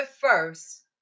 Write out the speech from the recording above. first